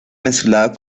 mezclaba